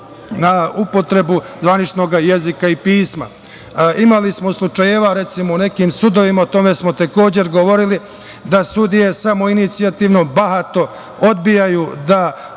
na upotrebu zvaničnog jezika i pisma. Imali smo slučajeva, recimo, u nekim sudovima, o tome smo takođe govorili, da sudije samoinicijativno, bahato odbijaju da